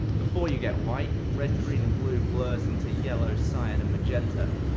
before you get white red, green, and blue blurs into yellow, cyan, and magenta,